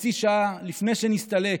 חצי שעה לפני שנסתלק,